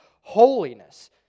holiness